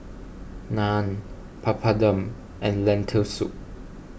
Naan Papadum and Lentil Soup